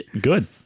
Good